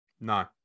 No